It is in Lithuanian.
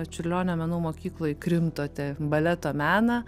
čiurlionio menų mokykloj krimtote baleto meną